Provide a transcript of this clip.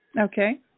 Okay